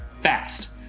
fast